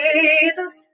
Jesus